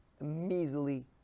measly